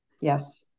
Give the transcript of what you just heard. Yes